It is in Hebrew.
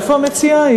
איפה המציעה?